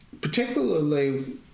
Particularly